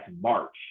March